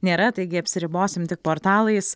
nėra taigi apsiribosim tik portalais